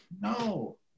no